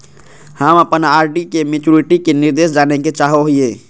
हम अप्पन आर.डी के मैचुरीटी के निर्देश जाने के चाहो हिअइ